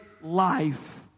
life